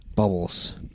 Bubbles